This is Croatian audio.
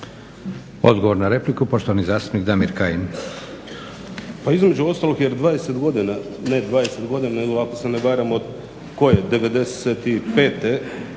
Odgovor na repliku, poštovani zastupnik Damir Kajin.